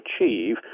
achieve